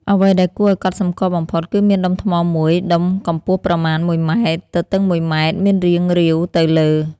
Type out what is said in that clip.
អ្វីដែលគួរឲ្យកត់សម្គាល់បំផុត គឺមានដុំថ្មមួយដុំកម្ពស់ប្រមាណ ១ ម៉ែត្រ ទទឹង ១ ម៉ែត្រ មានរាងរៀវទៅលើ។